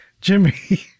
Jimmy